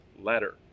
letter